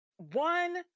one